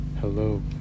Hello